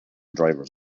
drivers